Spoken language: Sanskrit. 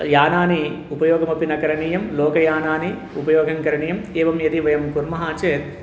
यानानाम् उपयोगमपि न करणीयं लोकयानानाम् उपयोगं करणीयम् एवं यदि वयं कुर्मः चेत्